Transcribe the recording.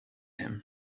him